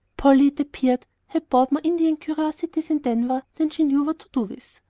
polly, it appeared, had bought more indian curiosities in denver than she knew what to do with,